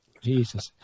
Jesus